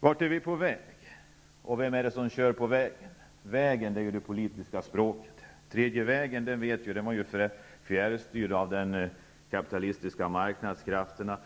Vart är vi på väg, och vem är det som kör på vägen? Ordet väg tillhör det politiska språket. Den tredje vägen, det vet vi, var ju fjärrstyrd av de kapitalistiska marknadskrafterna.